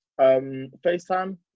Facetime